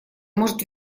может